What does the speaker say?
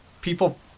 people